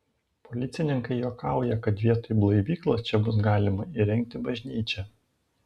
policininkai juokauja kad vietoj blaivyklos čia bus galima įrengti bažnyčią